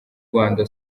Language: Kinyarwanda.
rwanda